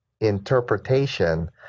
interpretation